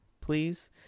please